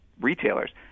retailers